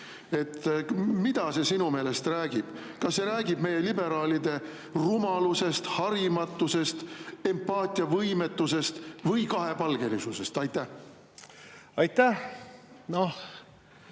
Millest see sinu meelest räägib? Kas see räägib meie liberaalide rumalusest, harimatusest, empaatiavõimetusest või kahepalgelisusest? Aitäh! No